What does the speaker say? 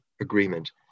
agreement